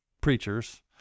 preachers